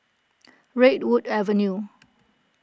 Redwood Avenue